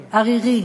/ ערירי,